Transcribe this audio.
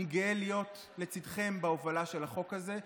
אני גאה להיות לצידכם בהובלה של החוק הזה.